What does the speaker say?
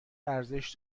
ارزش